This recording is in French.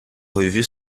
revue